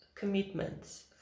commitments